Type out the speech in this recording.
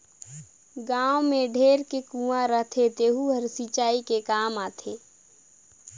गाँव में ढेरे के कुँआ रहथे तेहूं हर सिंचई के काम आथे